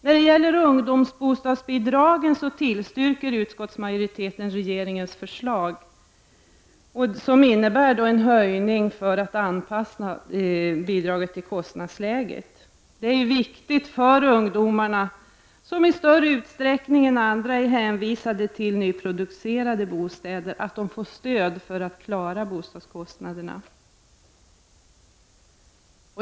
När det gäller ungdomsbostadsbidragen tillstyrker utskottsmajoriteten regeringens förslag, som innebär en höjning för att man skall anpassa bidraget till kostnadsläget. Det är ju viktigt för ungdomar, som i större utsträckning än andra är hänvisade till nyproducerade bostäder, att de får stöd för att klara bostadskostnaderna.